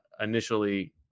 initially